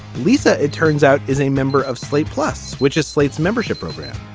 lisa, it turns out, is a member of slate plus, which is slate's membership program.